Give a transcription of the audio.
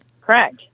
Correct